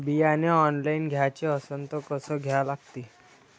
बियाने ऑनलाइन घ्याचे असन त कसं घ्या लागते?